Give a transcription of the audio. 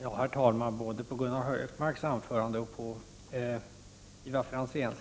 Herr talman! Både på Gunnar Hökmarks anförande och på Ivar Franzéns